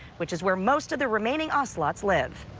which is where most of the remaining ocelots live.